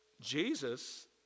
Jesus